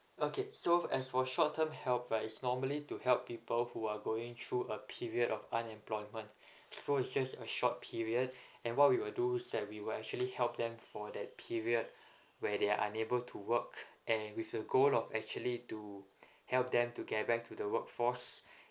okay so as for short term help right is normally to help people who are going through a period of unemployment so it's just a short period and what we will do is that we will actually help them for that period where they are unable to work and with the goal of actually to help them to get back to the workforce